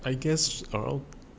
I guess around